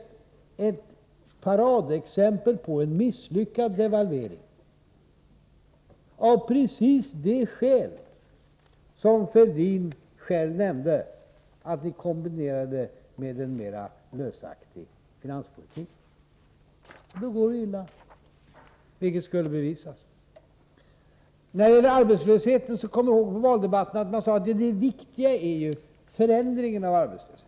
Det är ett paradexempel på en misslyckad devalvering, av precis det skäl som Fälldin själv nämnde, nämligen att ni kombinerade devalvering med en mera löslig finanspolitik. Då går det illa — vilket skulle bevisas. När det gäller arbetslösheten sade man i valdebatten att det viktiga var förändringen av arbetslösheten.